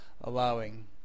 allowing